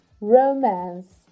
romance